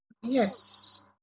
Yes